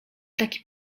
taki